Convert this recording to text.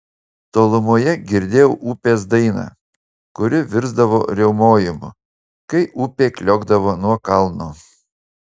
tolumoje girdėjau upės dainą kuri virsdavo riaumojimu kai upė kliokdavo nuo kalno